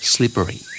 Slippery